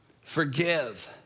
forgive